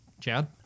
Chad